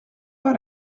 pas